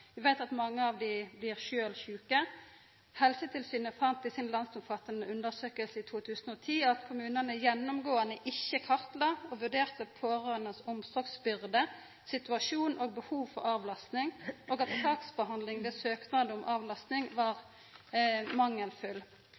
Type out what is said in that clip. sjuke. Helsetilsynet fann i si landsomfattande undersøking i 2010 at kommunane gjennomgåande ikkje kartla og vurderte dei pårørandes omsorgsbyrde, situasjon og behov for avlasting, og at saksbehandlinga ved søknad om avlasting var mangelfull.